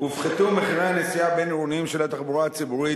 הופחתו מחירי הנסיעה הבין-עירוניים של התחבורה הציבורית